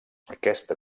aquesta